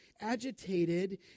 agitated